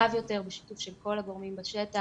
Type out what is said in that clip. רחב יותר בשיתוף של כל הגורמים בשטח.